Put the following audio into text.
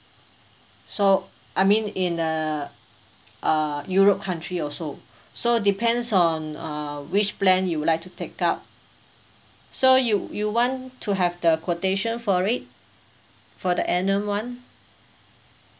so I mean in the uh europe country also so depends on uh which plan you would like to take up so you you want to have the quotation for it for the annum [one]